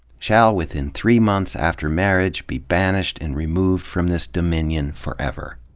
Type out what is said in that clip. shall with in three months after marriage be banished and removed from this dominion forever.